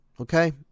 okay